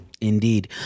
Indeed